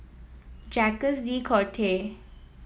Jacques De Coutre